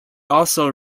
also